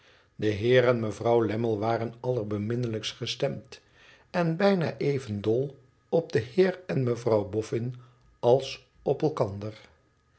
de heer en mevrouw lammie waren allerbeminnelijkst gestemd en bijna even dol op de heer en mevrouw boffin als op elkander